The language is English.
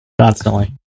Constantly